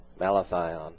Malathion